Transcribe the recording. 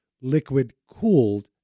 liquid-cooled